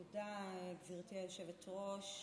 תודה, גברתי היושבת-ראש.